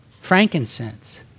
Frankincense